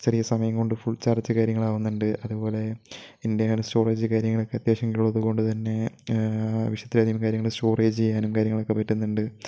ചെറിയ സമയം കൊണ്ട് ഫുള് ചാര്ജ്ജ് കാര്യങ്ങൾ ആകുന്നുണ്ട് അതുപോലെ ഇന്റേണല് സ്റ്റോറേജ് കാര്യങ്ങളൊക്കെ അത്യവശ്യമുള്ളതുകൊണ്ട് തന്നെ അവശ്യത്തിലധികം കാര്യങ്ങളൊക്കെ സ്റ്റോറേജ് ചെയ്യാനും കാര്യങ്ങളൊക്കെ കിട്ടുന്നുണ്ട്